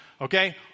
Okay